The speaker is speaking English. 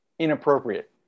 inappropriate